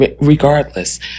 regardless